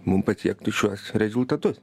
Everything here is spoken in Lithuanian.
mum pasiekti šiuos rezultatus